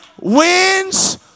wins